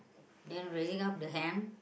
then raising up the hand